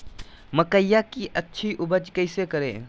मकई की अच्छी उपज कैसे करे?